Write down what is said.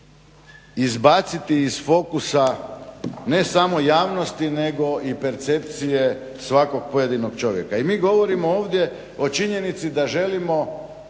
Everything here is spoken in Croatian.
izbaciti iz fokusa ne samo javnosti nego i percepcije svakog pojedinog čovjeka. I mi govorimo ovdje o činjenici da želimo,